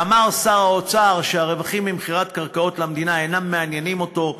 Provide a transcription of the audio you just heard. אמר שר האוצר שהרווחים ממכירת קרקעות למדינה אינם מעניינים אותו,